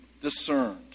discerned